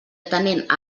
atenent